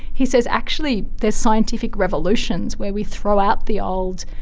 he says actually there's scientific revolutions where we throw out the old,